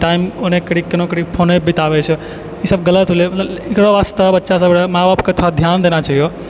time ओहिना करिकऽ केना करिकऽ फोनेपर बिताबै छै ईसब गलत होलै मतलब एकरा वास्ते बच्चासब माइ बापके थोड़ा धियान देना छिओ कि